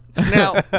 Now